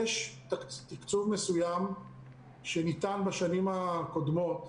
יש תקצוב מסוים שניתן בשנים הקודמות,